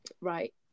right